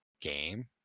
game